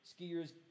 skiers